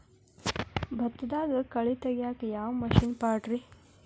ಭತ್ತದಾಗ ಕಳೆ ತೆಗಿಯಾಕ ಯಾವ ಮಿಷನ್ ಪಾಡ್ರೇ?